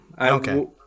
Okay